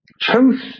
Truth